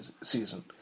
season